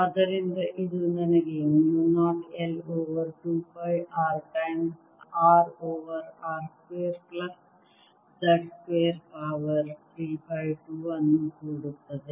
ಆದ್ದರಿಂದ ಇದು ನನಗೆ mu 0 I over 2 pi R times R over R square plus z square power 3 by 2 ಅನ್ನು ಕೊಡುತ್ತದೆ